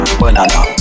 Banana